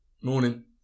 Morning